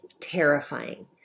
terrifying